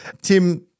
Tim